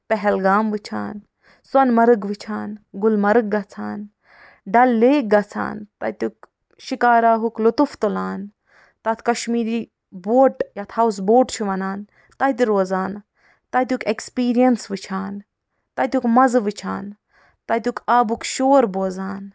پہلگام وٕچھان سونہٕ مرگ وٕچھان گُلمرگ گژھان ڈل لیک گژھان تتیُک شکارہُک لُطُف تُلان تتھ کشمیٖری بوٹ یتھ ہاوس بوٹ چھِ ونان تتہِ روزان تتیُک ایکسپیٖرینس وٕچھان تتِیُک مزٕ وٕچھان تتیُک آبُک شور بوزان